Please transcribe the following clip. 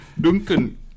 Duncan